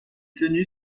tenu